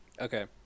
okay